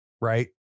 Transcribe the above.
Right